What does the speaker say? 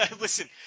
Listen